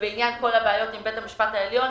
ובעניין כל הבעיות עם בית המשפט העליון,